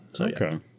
okay